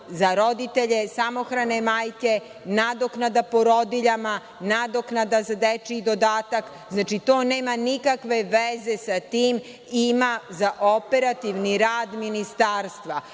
za roditelje, samohrane majke, nadoknade porodiljama, nadoknade za dečiji dodatak. Znači, to nema nikakve veze sa tim. Ima za operativni rad ministarstva. Prema